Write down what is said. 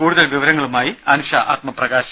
കൂടുതൽ വിവരങ്ങളുമായി അനുഷ ആത്മപ്രകാശ്